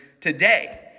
today